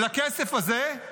ולכסף הזה --- כמה?